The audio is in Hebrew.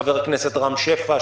חבר הכנסת רם שפע,